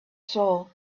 soul